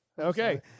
Okay